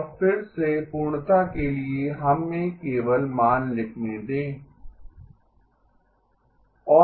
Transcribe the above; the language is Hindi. और फिर से पूर्णता के लिए हमें केवल मान लिखने दें k 13807 × 1−¿−23 ¿JK